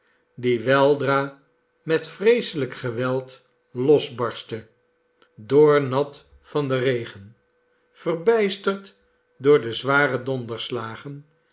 die weldra met vreeselijk geweld losbarstte doornat van den regen verbijsterd door de zware donderslagen